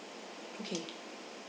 okay